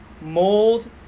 mold